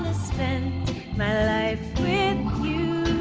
spend my life with you